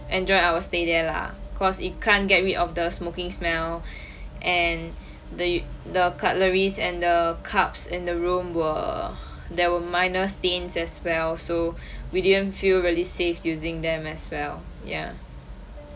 enjoy our stay there lah cause it can't get rid of the smoking smell and the the cutleries and the cups in the room were there were minor stains as well so we didn't feel really safe using them as well ya